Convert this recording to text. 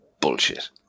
bullshit